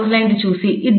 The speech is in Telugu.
చాలా రోజులైంది చూసి